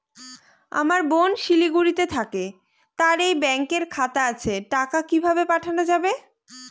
আমার বোন শিলিগুড়িতে থাকে তার এই ব্যঙকের খাতা আছে টাকা কি ভাবে পাঠানো যাবে?